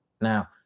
Now